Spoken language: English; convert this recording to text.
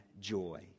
joy